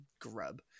grub